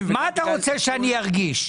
רוצה שאני ארגיש?